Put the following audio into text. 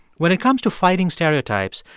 when it comes to fighting stereotypes,